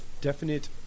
definite